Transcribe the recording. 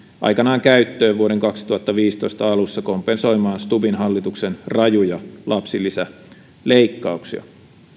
aikanaan käyttöön vuoden kaksituhattaviisitoista alussa kompensoimaan stubbin hallituksen rajuja lapsilisäleikkauksia